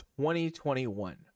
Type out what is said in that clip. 2021